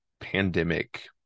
pandemic